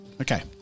Okay